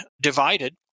divided